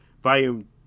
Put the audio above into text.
volume